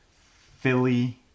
Philly